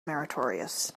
meritorious